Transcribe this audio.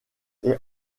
est